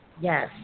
Yes